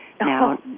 Now